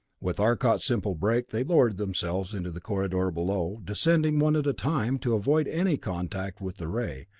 with arcot's simple brake, they lowered themselves into the corridor below, descending one at a time, to avoid any contact with the ray,